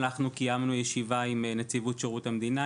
אנחנו קיימנו ישיבה עם נציבות שירות המדינה,